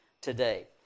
today